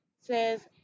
says